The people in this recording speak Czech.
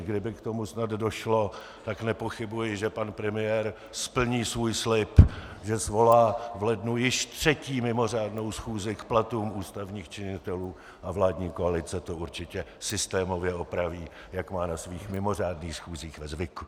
Kdyby k tomu snad došlo, tak nepochybuji, že pan premiér splní svůj slib, že svolá v lednu již třetí mimořádnou schůzi k platům ústavních činitelů, a vládní koalice to určitě systémově opraví, jak má na svých mimořádných schůzích ve zvyku.